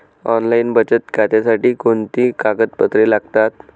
Online बचत खात्यासाठी कोणती कागदपत्रे लागतात?